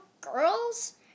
girls